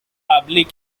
public